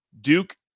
Duke